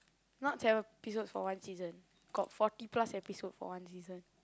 not seven episode for one season got forty plus episode for one season